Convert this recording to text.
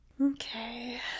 Okay